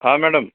हा मॅडम